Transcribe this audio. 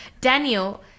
Daniel